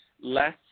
less